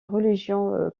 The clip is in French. religion